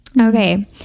Okay